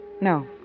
No